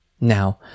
now